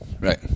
Right